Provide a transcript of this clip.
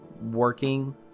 working